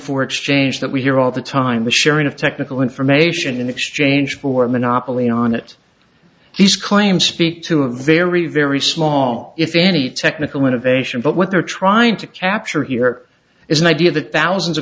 for exchange that we hear all the time a sharing of technical information in exchange for a monopoly on it these claims speak to a very very small if any technical innovation but what they're trying to capture here is an idea that thousand